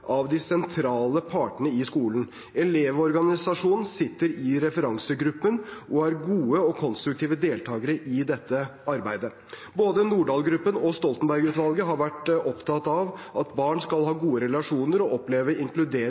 av de sentrale partene i skolen. Elevorganisasjonen sitter i referansegruppen og er gode og konstruktive deltakere i dette arbeidet. Både Nordahl-gruppen og Stoltenberg-utvalget har vært opptatt av at barn skal ha gode relasjoner og oppleve inkludering,